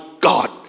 God